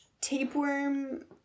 tapeworm